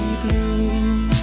blue